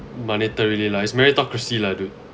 monetarily wise meritocracy ladder